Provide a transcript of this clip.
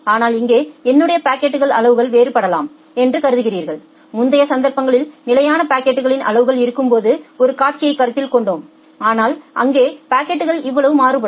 ஆனால் இங்கே என்னுடைய பாக்கெட்கள் அளவுகள் வேறுபடலாம் என்று கருதுகிறீர்கள் முந்தைய சந்தர்ப்பங்களில் நிலையான பாக்கெட்கள் அளவுகள் இருக்கும்போது ஒரு காட்சியைக் கருத்தில் கொண்டோம் ஆனால் இங்கே பாக்கெட்கள் அளவு மாறுபடும்